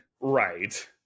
right